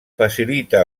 facilita